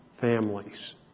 families